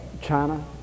china